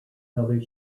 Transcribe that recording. color